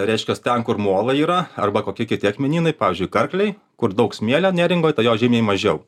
reiškias ten kur molai yra arba kokie kiti akmenynai pavyzdžiui karklėj kur daug smėlio neringoj tai jo žymiai mažiau